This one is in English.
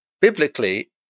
biblically